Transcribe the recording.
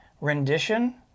rendition